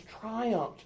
triumphed